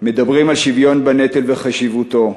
מדברים על שוויון בנטל וחשיבותו.